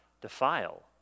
defile